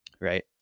Right